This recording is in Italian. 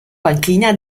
panchina